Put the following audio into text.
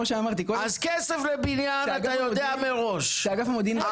כמו שאמרתי --- אתה יודע לתת מראש כסף לבניין,